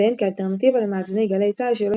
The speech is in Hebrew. והן כאלטרנטיבה למאזיני גלי צה"ל שלא